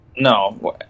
No